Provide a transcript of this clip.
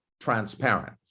transparent